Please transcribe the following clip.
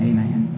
Amen